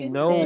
no